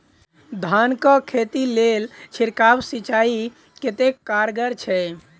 धान कऽ खेती लेल छिड़काव सिंचाई कतेक कारगर छै?